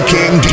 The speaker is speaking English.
King